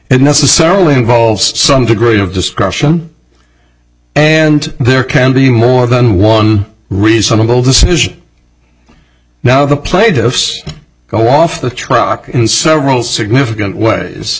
and necessarily involves some degree of discretion and there can be more than one reasonable decision now the plaintiffs go off the truck in several significant ways